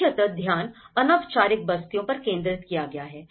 मुख्यतः ध्यान अनौपचारिक बस्तियों पर केंद्रित किया गया है